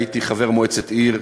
הייתי חבר מועצת העיר,